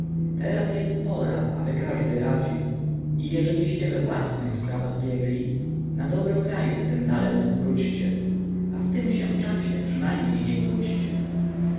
teraz jest pora aby każdy radził i jeżeliście w własnych sprawach biegli na dobro kraju ten talent obróćcie a w tym się czasie przynajmniej nie kłóćcie